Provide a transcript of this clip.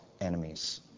enemies